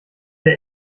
der